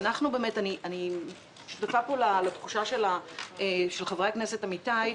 אני שותפה לתחושה של חברי הכנסת עמיתיי,